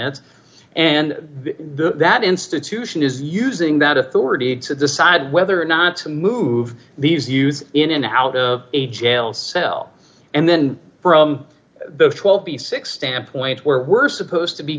it and that institution is using that authority to decide whether or not to move these youths in and out of a jail cell and then from the twelve the six standpoint where we're supposed to be